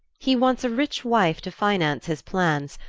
he wants a rich wife to finance his plans,